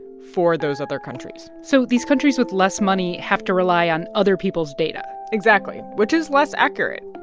for those other countries so these countries with less money have to rely on other people's data exactly, which is less accurate.